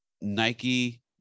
nike